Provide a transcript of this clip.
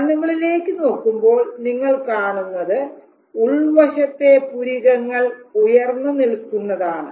കണ്ണുകളിലേക്ക് നോക്കുമ്പോൾ നിങ്ങൾ കാണുന്നത് ഉൾവശത്തെ പുരികങ്ങൾ ഉയർന്നുനിൽക്കുന്നതാണ്